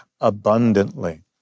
abundantly